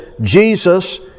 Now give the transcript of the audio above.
Jesus